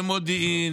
במודיעין,